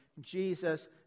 Jesus